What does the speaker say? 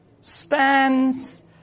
stands